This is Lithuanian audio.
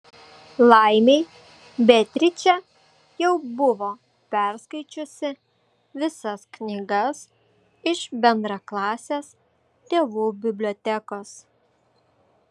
laimei beatričė jau buvo perskaičiusi visas knygas iš bendraklasės tėvų bibliotekos